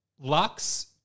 Lux